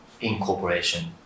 incorporation